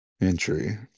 entry